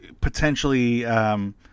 potentially